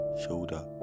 shoulder